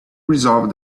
resolved